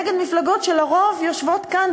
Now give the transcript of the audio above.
נגד מפלגות שלרוב יושבות כאן,